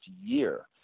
year